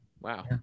Wow